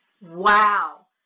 Wow